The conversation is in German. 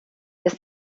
ist